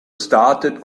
started